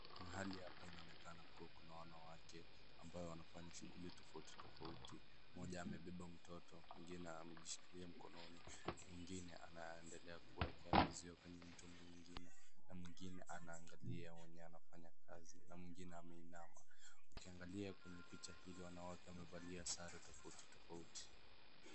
Mahali hapa inaonekana kuwa kuna wanawake ambao wanafanya shughuli tofauti tofauti. Mmoja amebeba mtoto, mwingine amejishikilia mkononi, mwingine anaendelea kuwekea maziwa kwenye mtungi, mwingine, na mwingine anaangalia mwenye anafanya kazi, na mwingine ameinama. Ukiangalia kwenye picha hili, wanawake wamevalia sare tofauti tofauti.